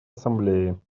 ассамблеи